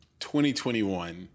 2021